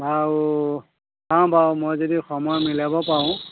বাৰু চাওঁ বাৰু মই যদি সময় মিলাব পাৰোঁ